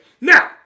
Now